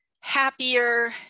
happier